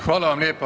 Hvala vam lijepa.